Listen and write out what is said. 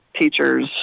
teachers